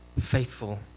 faithful